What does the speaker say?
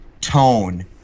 tone